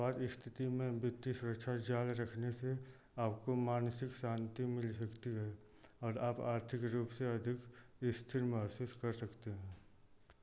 आपात स्थिति में वित्तीय सुरक्षा जाल रखने से आपको मानसिक शांति मिल सकती है और आप आर्थिक रूप से अधिक स्थिर महसूस कर सकते हैं